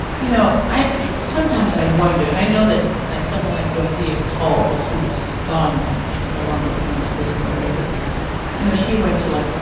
you know, i, sometimes i wonder, i know that, like, someone like dorothea towles who's gone now, she's no longer on this physical earth, but you know she went to. like,